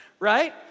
right